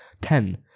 ten